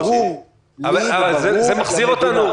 זה ברור לי וברור למדינה.